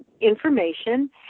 information